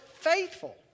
faithful